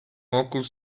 óculos